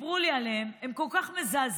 וסיפרו לי עליהם הם כל כך מזעזעים.